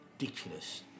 ridiculous